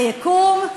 היקום,